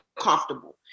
comfortable